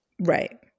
right